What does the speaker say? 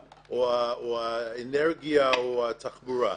האנרגיה או התחבורה,